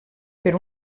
per